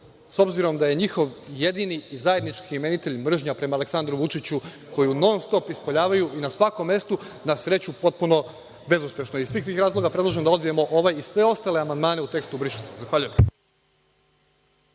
s obzirom da je njihov jedini zajednički imenitelj mržnja prema Aleksandru Vučiću, koji non-stop ispoljavaju i na svakom mestu, potpuno bezuspešno. Iz svih tih razloga, predlažem da odbijemo ovaj i sve ostale amandmane u tekstu – briše se. Zahvaljujem.